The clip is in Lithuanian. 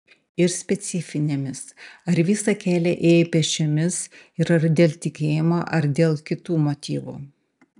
ir specifinėmis ar visą kelią ėjai pėsčiomis ir ar dėl tikėjimo ar dėl kitų motyvų